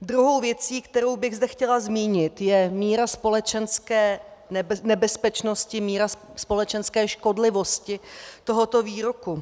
Druhou věcí, kterou bych zde chtěla zmínit, je míra společenské nebezpečnosti, míra společenské škodlivosti tohoto výroku.